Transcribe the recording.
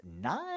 nine